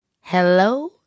Hello